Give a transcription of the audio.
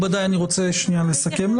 אני רוצה לסכם.